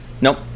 Nope